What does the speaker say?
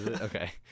Okay